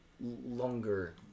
longer